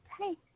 Hey